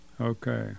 Okay